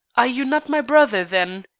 are you not my brother, then?